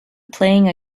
playing